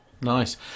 nice